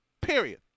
period